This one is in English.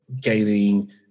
gaining